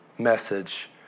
Message